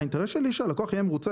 האינטרס שלי שהלקוח יהיה מרוצה,